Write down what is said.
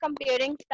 comparing